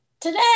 today